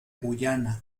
guyana